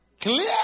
Clear